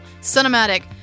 cinematic